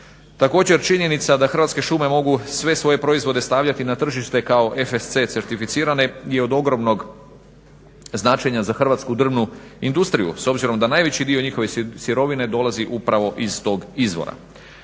Također činjenica da Hrvatske šume mogu sve svoje proizvode stavljati na tržište kao FSC certificirane i od ogromnog značenja za hrvatsku drvnu industriju. S obzirom da najveći dio njihove sirovine dolazi upravo iz tog izvora.